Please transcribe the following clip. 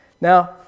Now